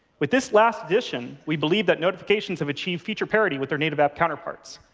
with this last addition, we believe that notifications have achieved feature parity with their native app counterparts.